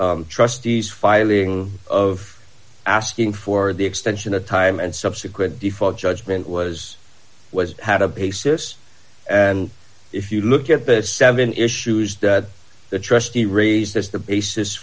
trustees filing of asking for the extension of time and subsequent default judgment was was had a basis and if you look at the seven issues that the trustee raised as the basis